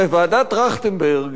הרי ועדת-טרכטנברג,